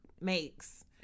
makes